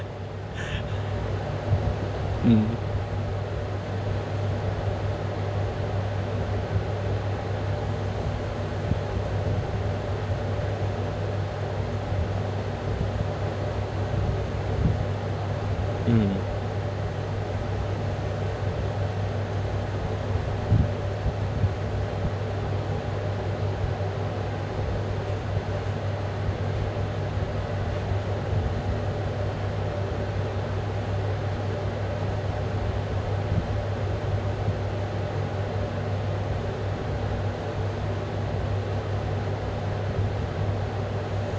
mm mm